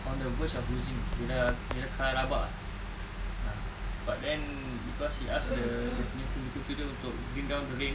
on the verge of losing bila bila kalah rabak ah but then cause he asked the dia punya kuncu-kuncu dia untuk bring down the ring